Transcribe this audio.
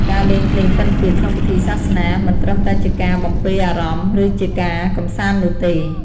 ការលេងភ្លេងពិណពាទ្យក្នុងពិធីសាសនាមិនត្រឹមតែជាការបំពេរអារម្មណ៍ ឬជាការកម្សាន្តនោះទេ។